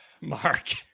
Mark